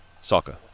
soccer